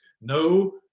No